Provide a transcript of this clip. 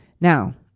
Now